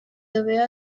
dove